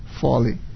folly